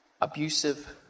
abusive